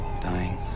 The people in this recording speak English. Dying